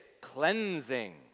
cleansing